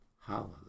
Hallelujah